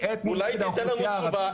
אולי תיתן לנו תשובה?